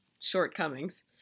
Shortcomings